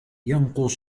ينقص